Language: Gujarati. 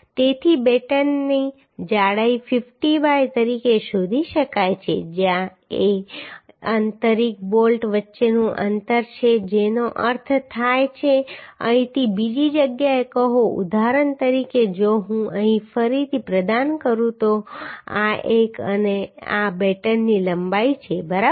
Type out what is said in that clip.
તેથી બેટનની જાડાઈ 50 બાય તરીકે શોધી શકાય છે જ્યાં a એ આંતરિક બોલ્ટ વચ્ચેનું અંતર છે જેનો અર્થ થાય છે અહીંથી બીજી જગ્યાએ કહો ઉદાહરણ તરીકે જો હું અહીં ફરીથી પ્રદાન કરું તો આ એક અને આ બેટનની લંબાઈ છે બરાબર